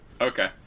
Okay